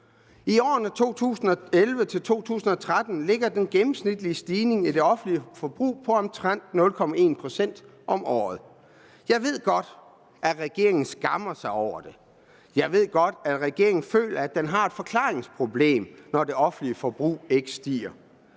I årene 2011-2013 ligger den gennemsnitlige stigning i det offentlige forbrug på omtrent 0,1 pct. om året. Jeg ved godt, at regeringen skammer sig over det. Jeg ved godt, at regeringen føler, at den har et forklaringsproblem, når det offentlige forbrug ikke stiger.